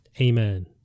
Amen